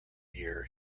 year